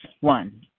One